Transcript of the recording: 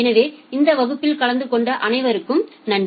எனவே இந்த வகுப்பில் கலந்து கொண்ட அனைவருக்கும் நன்றி